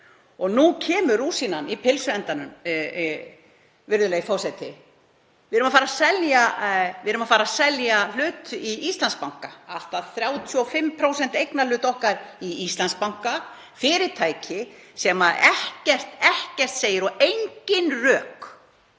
Og nú kemur rúsínan í pylsuendanum, virðulegi forseti. Við erum að fara að selja hlut í Íslandsbanka, allt að 35% eignarhlut okkar í Íslandsbanka, fyrirtæki sem ekkert segir og engin rök